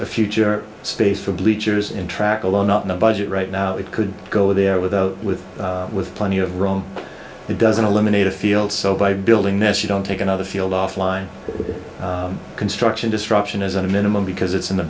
a future space for bleachers in track along up in the budget right now it could go there with with with plenty of room it doesn't eliminate a field so by building ness you don't take another field off line construction destruction is a minimum because it's in the